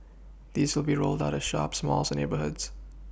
these will be rolled out at shops malls and neighbourhoods